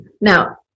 Now